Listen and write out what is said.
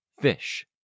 fish